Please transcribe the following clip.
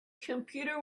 computer